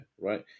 right